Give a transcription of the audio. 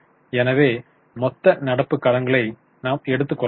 எனவே மொத்த நடப்புக் கடன்களை நாம் எடுத்துக் கொள்ளலாம்